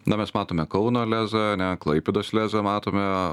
na mes matome kauno lezą ane klaipėdos lezą matome